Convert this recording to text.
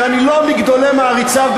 שאני לא מגדולי מעריציו,